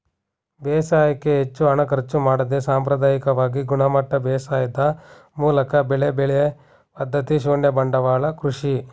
ಬೇಸಾಯಕ್ಕೆ ಹೆಚ್ಚು ಹಣ ಖರ್ಚು ಮಾಡದೆ ಸಾಂಪ್ರದಾಯಿಕವಾಗಿ ಗುಣಮಟ್ಟ ಬೇಸಾಯದ್ ಮೂಲಕ ಬೆಳೆ ಬೆಳೆಯೊ ಪದ್ಧತಿ ಶೂನ್ಯ ಬಂಡವಾಳ ಕೃಷಿ